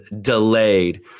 delayed